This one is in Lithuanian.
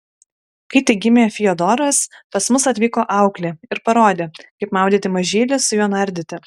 kai tik gimė fiodoras pas mus atvyko auklė ir parodė kaip maudyti mažylį su juo nardyti